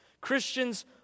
Christians